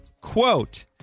quote